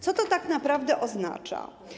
Co to tak naprawdę oznacza?